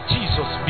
Jesus